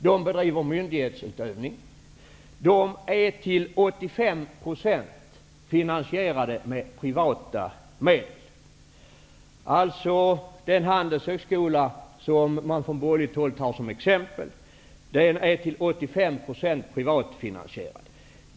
Den bedriver myndighetsutövning, och den är till 85 % finansierad med privata medel. Handelshögskolan, som man från borgerligt håll anför som exempel, är alltså till 85 % privat finansierad.